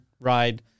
ride